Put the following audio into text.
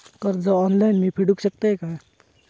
कर्ज ऑनलाइन मी फेडूक शकतय काय?